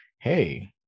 hey